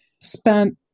spent